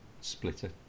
Splitter